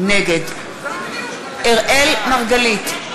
נגד אראל מרגלית,